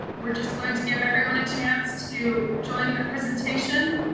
we're just going to give everyone a chance to join the presentation.